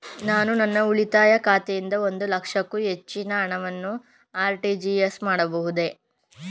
ನಾನು ನನ್ನ ಉಳಿತಾಯ ಖಾತೆಯಿಂದ ಒಂದು ಲಕ್ಷಕ್ಕೂ ಹೆಚ್ಚಿನ ಹಣವನ್ನು ಆರ್.ಟಿ.ಜಿ.ಎಸ್ ಮಾಡಬಹುದೇ?